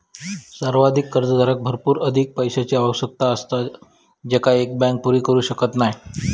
संवर्धित कर्जदाराक भरपूर अधिक पैशाची आवश्यकता असता जेंका एक बँक पुरी करू शकत नाय